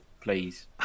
please